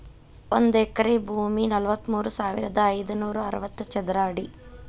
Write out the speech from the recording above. ಒಂದ ಎಕರೆ ಭೂಮಿ ನಲವತ್ಮೂರು ಸಾವಿರದ ಐದನೂರ ಅರವತ್ತ ಚದರ ಅಡಿ